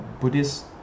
Buddhist